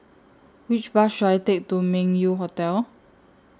Which Bus should I Take to Meng Yew Hotel